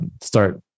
start